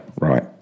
right